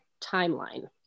timeline